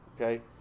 Okay